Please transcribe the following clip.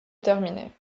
terminés